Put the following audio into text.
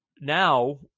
now